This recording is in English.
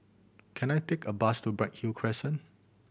can I take a bus to Bright Hill Crescent